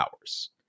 hours